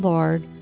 Lord